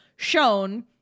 shown